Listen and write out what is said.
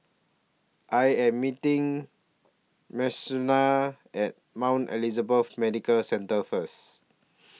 I Am meeting At Mount Elizabeth Medical Centre First